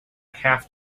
half